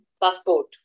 passport